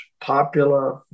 popular